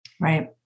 Right